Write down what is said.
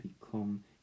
become